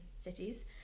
cities